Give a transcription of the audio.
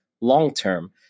long-term